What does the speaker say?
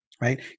Right